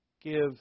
Give